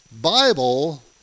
Bible